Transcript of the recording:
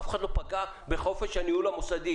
אף אחד לא פגע בחופש הניהול המוסדי.